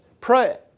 pray